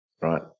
right